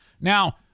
Now